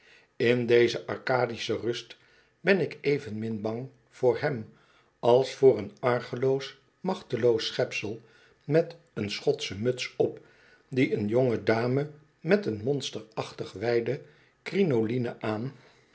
in deze arcadische rust ben ik evenmin bang voor hem als voor een argeloos machteloos schepsel met een schotscbe muts op die een jonge dame met een monsterachtig wijde crinoline aan